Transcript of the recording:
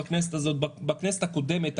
בכנסת הקודמת,